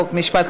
חוק ומשפט,